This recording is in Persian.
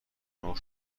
نوع